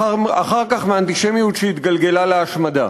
אחר כך, מאנטישמיות שהתגלגלה להשמדה.